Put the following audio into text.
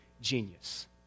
genius